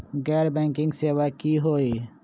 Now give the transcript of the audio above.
गैर बैंकिंग सेवा की होई?